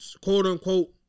quote-unquote